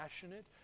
passionate